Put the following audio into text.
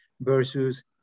versus